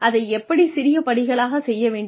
அதை எப்படி சிறிய படிகளாக செய்ய வேண்டும்